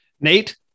Nate